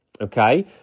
Okay